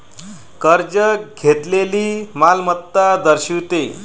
कर्ज घेतलेली मालमत्ता दर्शवते